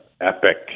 epic